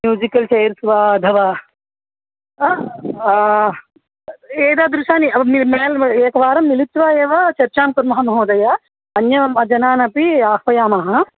musical chairs वा अथवा एदादृशान् निर्णयान् एकवारं मिलित्वा एव चर्चां कुर्मः महोदय अन्यां जनानपि आह्वयामः